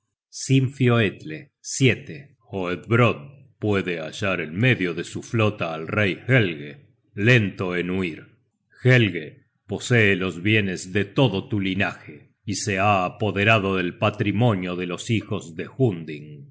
á los marinos sinfioetle hoedbrodd puede hallaren medio de su flota al rey helge lento en huir helge posee los bienes de todo tu linaje y se ha apoderado del patrimonio de los hijos de hunding á